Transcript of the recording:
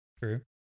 True